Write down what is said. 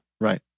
Right